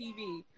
TV